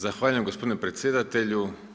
Zahvaljujem gospodine predsjedatelju.